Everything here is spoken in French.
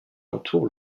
entoure